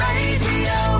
Radio